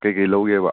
ꯀꯔꯤ ꯀꯔꯤ ꯂꯧꯒꯦꯕ